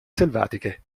selvatiche